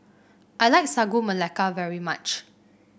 I like Sagu Melaka very much